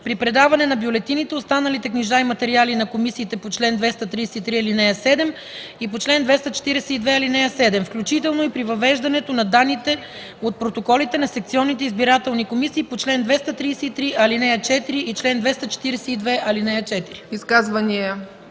при предаване на бюлетините, останалите книжа и материали на комисиите по чл. 233, ал. 7 и по чл. 242, ал. 7, включително и при въвеждането на данните от протоколите на секционните избирателни комисии по чл. 233, ал. 4 и чл. 242, ал. 4.”